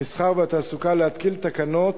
המסחר והתעסוקה להתקין תקנות